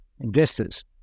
investors